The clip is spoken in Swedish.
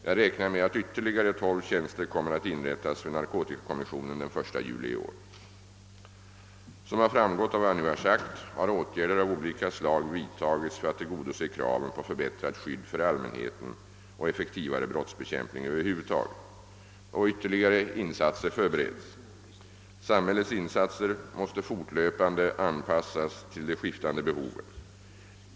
Jag räknar med att ytterligare 12 tjänster kommer att inrättas vid narkotikakommissionen den 1 juli 1968. Som framgått av vad jag nu har sagt har åtgärder av olika slag vidtagits för att tillgodose kraven på förbättrat skydd för allmänheten och effektivare brottsbekämpning över huvud taget. Ytterligare insatser förbereds. Samhällets insatser måste fortlöpande anpassas till de skiftande behoven.